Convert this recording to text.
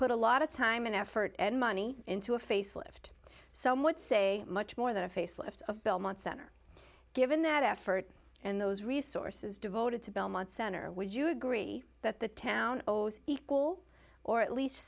put a lot of time and effort and money into a facelift some would say much more than a facelift of belmont center given that effort and those resources devoted to belmont center would you agree that the town owes equal or at least